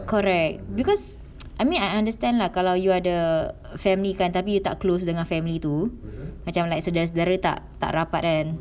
correct because I mean I understand lah kalau you ada family kan tapi tak close dengan family tu macam like saudara saudara tak tak rapat kan